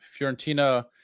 fiorentina